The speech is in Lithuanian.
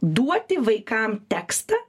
duoti vaikam tekstą